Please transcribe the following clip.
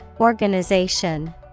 Organization